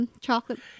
chocolate